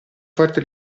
forti